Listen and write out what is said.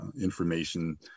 information